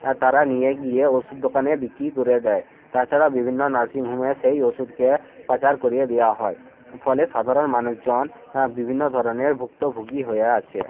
আর তারা নিয়ে গিয়ে ওষুধ দোকানে বিক্রি করে দেয় তাছাড়া বিভিন্ন নার্সিংহোমের সেই ওষুধকে পাচার করিয়ে দেয় হয় ফলে সাধারণ মানুষজন হ্যাঁ বিভিন্ন ধরনের ভুক্তভোগী হয়ে আছে